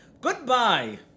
goodbye